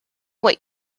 what